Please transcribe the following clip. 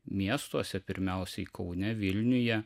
miestuose pirmiausiai kaune vilniuje